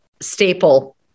staple